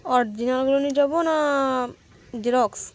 অরিজিনালগুলো নিয়ে যাব না জেরক্স